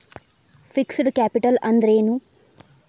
Fixed capital ಅಂದ್ರೇನು?